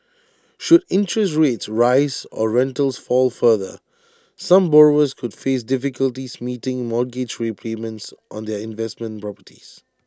should interest rates rise or rentals fall further some borrowers could face difficulties meeting mortgage repayments on their investment properties